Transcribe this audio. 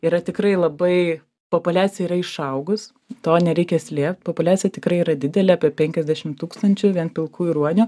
yra tikrai labai populiacija yra išaugus to nereikia slėp populiacija tikrai yra didelė apie penkiasdešim tūkstančių vien pilkųjų ruonių